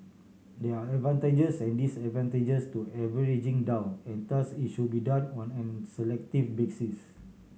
there are advantages and disadvantages to averaging down and thus it should be done on an selective basis